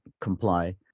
comply